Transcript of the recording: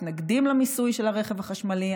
מתנגדים באופן נחרץ למיסוי של הרכב החשמלי.